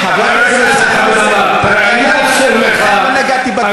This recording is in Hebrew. חבר הכנסת חמד עמאר, עדיין לא נגעתי בתוכנית.